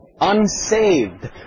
unsaved